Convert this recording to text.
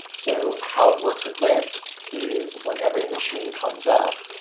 so how it works at lyft is when every machine comes up,